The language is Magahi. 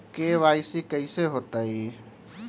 के.वाई.सी कैसे होतई?